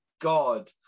God